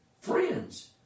Friends